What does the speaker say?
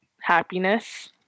Happiness